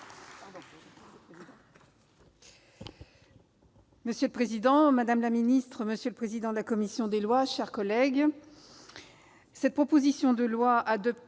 Monsieur le président, madame le ministre, monsieur le président de la commission des lois, mes chers collègues,